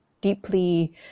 deeply